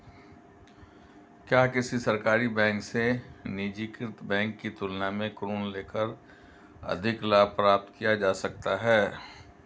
क्या किसी सरकारी बैंक से निजीकृत बैंक की तुलना में ऋण लेकर अधिक लाभ प्राप्त किया जा सकता है?